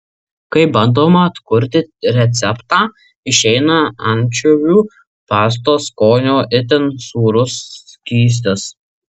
kai bandoma atkurti receptą išeina ančiuvių pastos skonio itin sūrus skystis